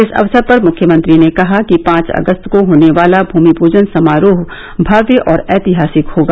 इस अवसर पर मुख्यमंत्री ने कहा कि पांच अगस्त को होने वाला भूमि पूजन समारोह भव्य और ऐतिहासिक होगा